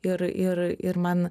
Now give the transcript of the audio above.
ir ir ir man